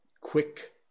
quick